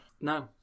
No